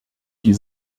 die